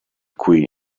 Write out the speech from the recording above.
cui